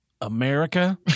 America